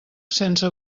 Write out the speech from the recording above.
sense